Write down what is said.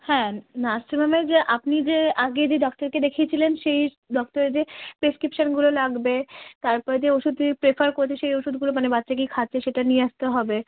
হ্যাঁ নার্সিং হোমে যে আপনি যে আগে যে ডক্টরকে দেখিয়েছিলেন সেই ডক্টরের যে প্রেসক্রিপশনগুলো লাগবে তার পরে যে ওষুধ যে রেফার করেছে সেই ওষুধগুলো মানে বাচ্চা কী খাচ্ছে সেটা নিয়ে আসতে হবে